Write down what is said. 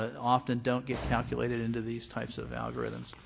often don't get calculated into these types of algorithms.